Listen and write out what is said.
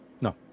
No